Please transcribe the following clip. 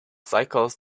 cycles